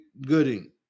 Gooding